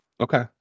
Okay